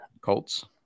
Colts